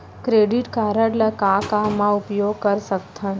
Credit card ला का का मा उपयोग कर सकथन?